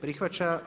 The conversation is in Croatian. Prihvaća.